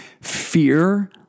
fear